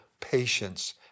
patience